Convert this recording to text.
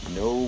no